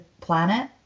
Planet